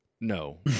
No